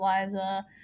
Liza